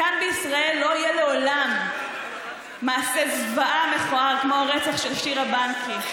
כאן בישראל לא יהיה לעולם מעשה זוועה מכוער כמו הרצח של שירה בנקי,